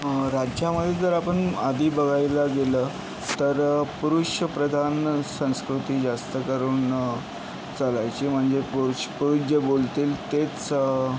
राज्यामध्ये जर आपण आधी बघायला गेलं तर पुरुषप्रधान संस्कृती जास्त करून चालायची म्हणजे पुरुछ पुरुष जे बोलतील तेच